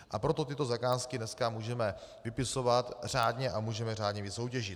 A proto tyto zakázky dneska můžeme vypisovat řádně a můžeme je řádně vysoutěžit.